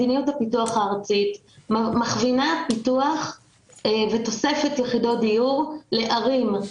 מדיניות הפיתוח הארצית מכווינה פיתוח ותוספת יחידות דיור לערים.